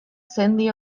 sendi